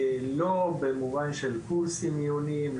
לא במובן של קורסים עיוניים,